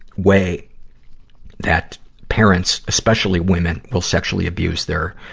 way that parents, especially women, will sexually abuse their,